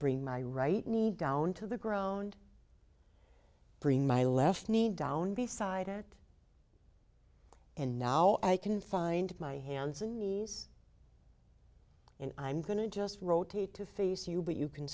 bring my right knee down to the ground bring my left knee down beside it and now i can find my hands and knees and i'm going to just rotate to face you but you can